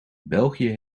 belgië